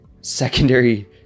secondary